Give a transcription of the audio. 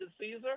Caesar